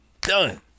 done